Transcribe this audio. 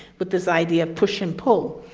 but this idea of pushing pole,